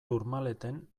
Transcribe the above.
tourmaleten